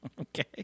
Okay